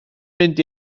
mynd